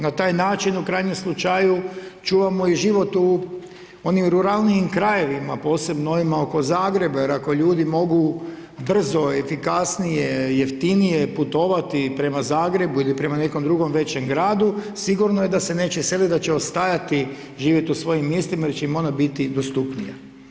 Na taj način, u krajnjem slučaju, čuvamo i život u onim ruralnijim krajevima, posebno onima oko Zagreba, jer ako ljudi mogu brzo, efikasnije, jeftinije putovati prema Zagrebu ili prema drugom većem gradu, sigurno da se neće seliti, da će ostajati živjeti u svojim mjestima, jer će im ona biti dostupnija.